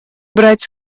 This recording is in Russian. брать